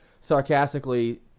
sarcastically